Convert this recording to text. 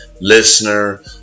listener